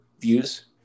views